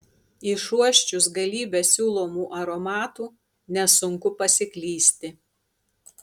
išuosčius galybę siūlomų aromatų nesunku pasiklysti